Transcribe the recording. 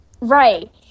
Right